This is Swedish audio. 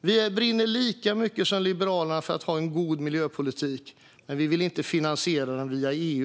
Vi brinner lika mycket för en god miljöpolitik som Liberalerna, men vi vill inte finansiera den via EU.